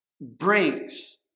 brings